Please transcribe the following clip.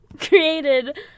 created